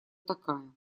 такая